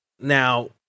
now